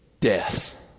Death